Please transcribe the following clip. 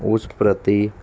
ਉਸ ਪ੍ਰਤੀ